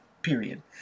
Period